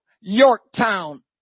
Yorktown